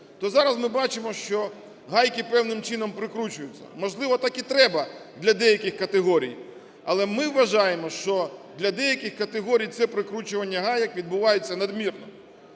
то зараз ми бачимо, що гайки певним чином прикручуються. Можливо, так і треба для деяких категорій, але ми вважаємо, що для деяких категорій це прикручування гайок відбувається надмірно.